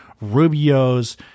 Rubio's